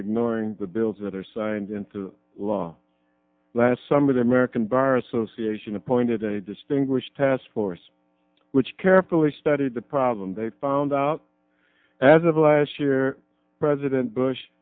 ignoring the bills that are signed into law last summer the american bar association appointed a distinguished task force which carefully studied the problem they found out as of last year president bush